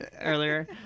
earlier